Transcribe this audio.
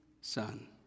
son